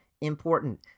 important